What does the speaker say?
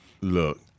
look